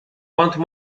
quanto